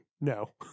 no